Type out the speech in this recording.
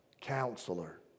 counselor